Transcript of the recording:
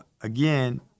again